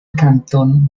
cantón